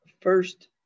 first